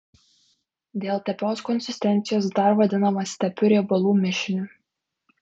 dėl tepios konsistencijos dar vadinamas tepiu riebalų mišiniu